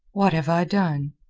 what have i done?